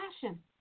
passion